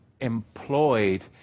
employed